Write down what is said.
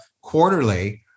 quarterly